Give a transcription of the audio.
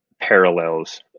parallels